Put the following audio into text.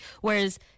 Whereas